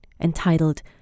entitled